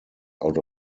out